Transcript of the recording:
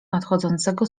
nadchodzącego